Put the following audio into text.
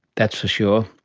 that's for sure.